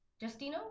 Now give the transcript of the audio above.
Justino